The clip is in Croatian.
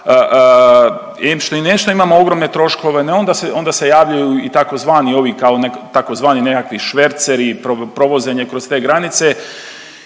em ne što imamo ogromne troškove, onda se javljaju i tzv. ovi tzv. nekakvi šverceri, provozanje kroz te granice